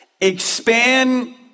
Expand